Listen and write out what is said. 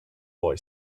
boy